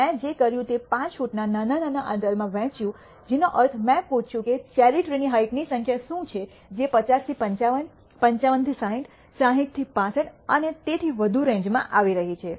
મેં જે કર્યું તે 5 ફુટના નાના અંતરાલમાં વહેચ્યું જેનો અર્થ મેં પૂછ્યું કે ચેરી ટ્રીની હાઇટની સંખ્યા શું છે જે 50 થી 55 55 થી 60 60 થી 65 અને તેથી વધુની રેન્જમાં આવી રહી છે